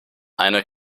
eine